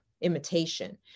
imitation